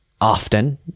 often